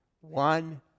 One